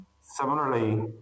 Similarly